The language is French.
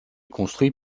construit